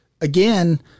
again